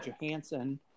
Johansson